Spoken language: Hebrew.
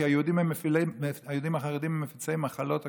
כי היהודים החרדים הם מפיצי מחלת הקורונה,